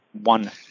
One